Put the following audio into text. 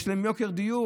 יש להם יוקר דיור,